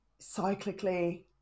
cyclically